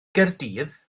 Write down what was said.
gaerdydd